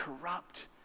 corrupt